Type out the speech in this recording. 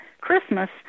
Christmas